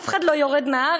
אף אחד לא יורד מהארץ,